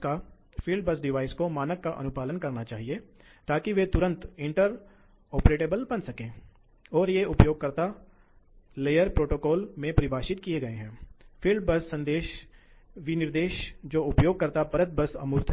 विशेषता बदल जाती है